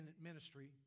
ministry